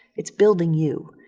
it's building you.